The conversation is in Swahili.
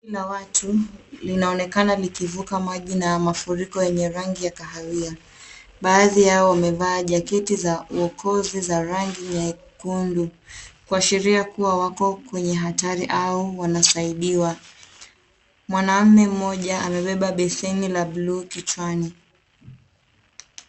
Kundi la watu linaonekana likivuka maji na mafuriko yenye rangi ya kahawia. Baadhi yao wamevaa jaketi za uokozi za rangi nyekundu kuashiria kuwa wako kwenye hatari au wanasaidiwa. Mwanaume mmoja amebeba beseni la bluu kichwani.